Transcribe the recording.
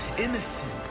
innocent